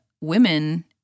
women